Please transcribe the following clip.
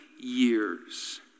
years